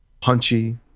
punchy